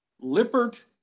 Lippert